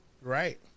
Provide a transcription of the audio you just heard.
Right